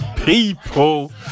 People